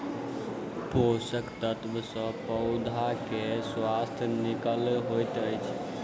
पोषक तत्व सॅ पौधा के स्वास्थ्य नीक होइत अछि